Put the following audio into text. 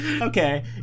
Okay